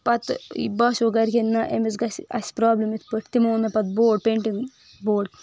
پتہٕ باسیو گرِ کٮ۪ن نہ أمِس گژھِ اسہِ پرابلم اِتھ پٲٹھۍ تِمن اوٚن مےٚ پتہٕ بورڈ پینٹنٛگ بورڈ